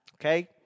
okay